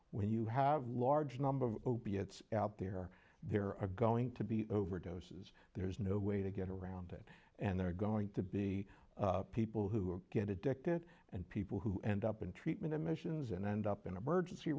when you have large number of opiates out there there are going to be overdoses there's no way to get around it and they're going to be people who get addicted and people who end up in treatment emissions and end up in emerge